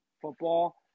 football